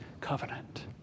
covenant